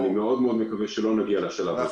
אני מאוד מקווה שלא נגיע לשלב הזה.